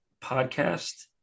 podcast